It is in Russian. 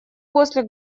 после